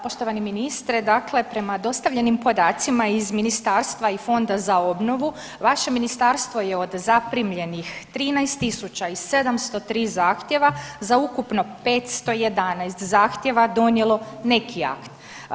Poštovani ministre, dakle prema dostavljenim podacima iz Ministarstva i Fonda za obnovu, vaše Ministarstvo je od zaprimljenih 13 703 zahtjeva za ukupno 511 zahtjeva donijelo neki akt.